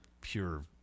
pure